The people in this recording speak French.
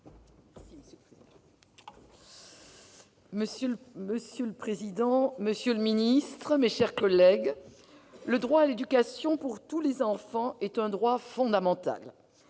Monsieur le président, monsieur le secrétaire d'État, mes chers collègues, le droit à l'éducation pour tous les enfants est un droit fondamental.